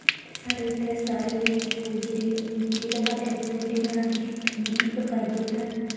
ते साढ़े इत्थें सारे ई लोग जेह्ड़े मिट्टियै दे भांडे च ई रोटी बनांदे ऐ ते मिट्टी पकाइयै ओह्दा